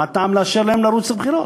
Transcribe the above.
מה הטעם לאשר להם לרוץ לבחירות?